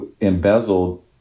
embezzled